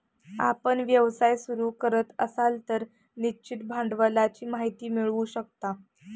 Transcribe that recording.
आपण व्यवसाय सुरू करत असाल तर निश्चित भांडवलाची माहिती मिळवू शकता